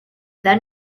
then